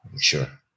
Sure